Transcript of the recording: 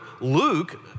Luke